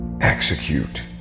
Execute